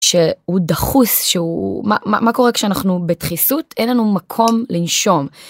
שהוא דחוס שהוא מה קורה כשאנחנו בדחיסות אין לנו מקום לנשום.